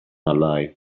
alive